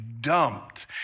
dumped